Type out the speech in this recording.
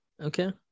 Okay